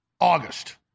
August